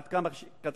עד כמה שאפשר.